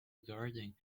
garden